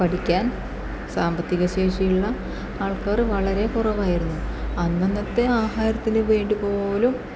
പഠിക്കാൻ സാമ്പത്തികശേഷിയുള്ള ആൾക്കാർ വളരെ കുറവായിരുന്നു അന്നന്നത്തെ ആഹാരത്തിന് വേണ്ടി പോലും